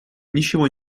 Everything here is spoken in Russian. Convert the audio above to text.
ничего